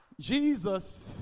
Jesus